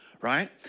Right